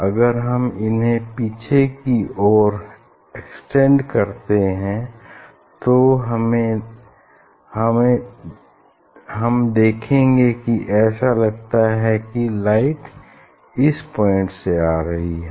अगर हम इन्हें पीछे की ओर एक्सटेंड करते हैं तो हम देखेंगे कि ऐसा लगता है कि लाइट इस पॉइंट से आ रही है